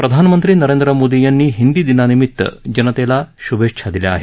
प्रधानमंत्री नरेंद्र मोदी यांनी हिंदी दिननिमित जनतेला श्भेच्छा दिल्या आहेत